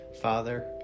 Father